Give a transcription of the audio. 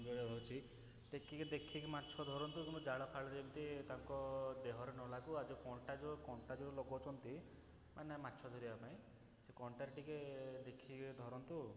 ରହୁଛି ଟେକିକି ଦେଖିକି ମାଛ ଧରନ୍ତୁ କିମ୍ବା ଡାଳ ଫାଳରେ ଏମତି ତାଙ୍କ ଦେହରେ ନ ଲାଗୁ ଆଉ ଯେଉଁ କଣ୍ଟା ଯେଉଁ କଣ୍ଟା ଯେଉଁ ଲଗାଉଛନ୍ତି ମାନେ ମାଛ ଧରିବା ପାଇଁ ସେ କଣ୍ଟା ଟିକିଏ ଦେଖିକି ଧରନ୍ତୁ